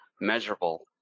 measurable